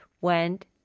went